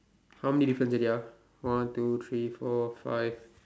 how many difference already ah one two three four five